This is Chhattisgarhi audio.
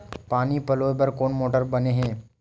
पानी पलोय बर कोन मोटर बने हे?